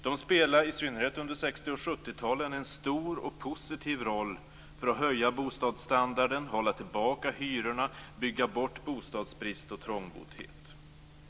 De spelade i synnerhet under 60 och 70-talen en stor och positiv roll för att höja bostadsstandarden, hålla tillbaka hyrorna och bygga bort bostadsbrist och trångboddhet.